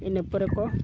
ᱤᱱᱟᱹ ᱯᱚᱨᱮᱠᱚ